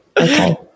Okay